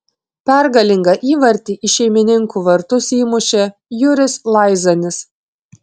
pergalingą įvartį į šeimininkų vartus įmušė juris laizanis